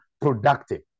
productive